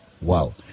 Wow